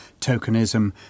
tokenism